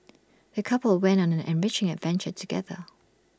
the couple went on an enriching adventure together